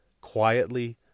quietly